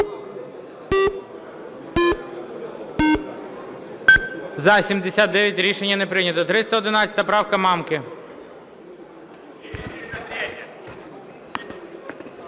За-79 Рішення не прийнято. 311 правка Мамки.